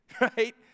Right